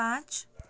पाँच